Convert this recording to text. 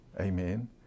Amen